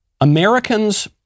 Americans